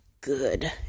Good